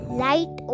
light